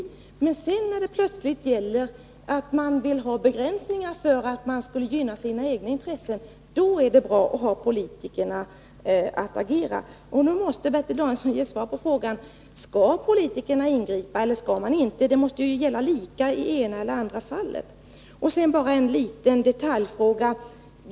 Å andra sidan är det, när det plötsligt gäller begränsningar för att gynna egna intressen, bra att ha politikerna till att agera. Nu måste Bertil Danielsson ge svar på frågan: Skall politikerna ingripa eller inte? Samma regel måste gälla i såväl det ena som det andra fallet. Sedan skall jag bara ta upp en liten detaljfråga.